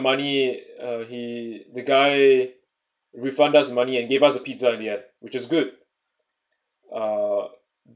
money he the guy refund us money and give us a pizza in the end which is good uh